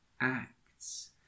acts